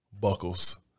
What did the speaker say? buckles